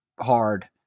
hard